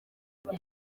iyo